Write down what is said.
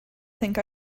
think